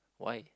why